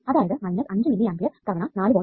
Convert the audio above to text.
അതായത് മൈനസ് അഞ്ച് milliampere തവണ 4 വോൾട്ട്